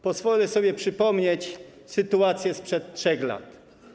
Pozwolę sobie przypomnieć sytuację sprzed 3 lat.